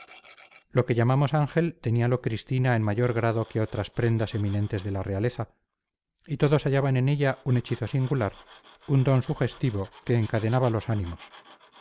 lo que llamamos ángel teníalo cristina en mayor grado que otras prendas eminentes de la realeza y todos hallaban en ella un hechizo singular un don sugestivo que encadenaba los ánimos